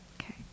Okay